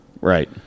Right